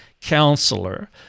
counselor